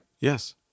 Yes